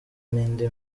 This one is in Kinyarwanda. n’indi